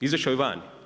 Izašao je van.